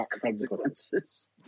consequences